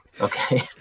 Okay